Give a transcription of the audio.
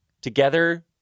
together